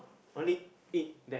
only eat that